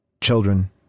children